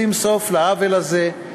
שים סוף לעוול הזה,